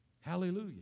Hallelujah